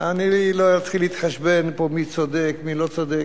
אני לא אתחיל להתחשבן פה מי צודק, מי לא צודק.